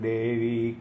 Devi